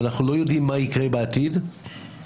אנחנו לא יודעים מה יקרה בעתיד ביחסים,